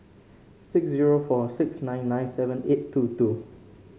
six zero four six nine nine seven eight two two